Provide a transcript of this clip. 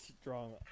strong